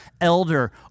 elder